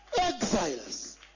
Exiles